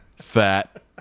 Fat